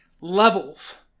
levels